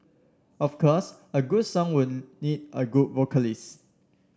of course a good song would need a good vocalist